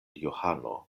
johano